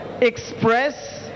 express